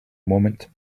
moment